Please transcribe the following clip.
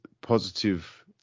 positive